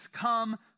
come